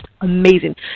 amazing